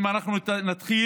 אם אנחנו נתחיל